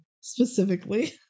specifically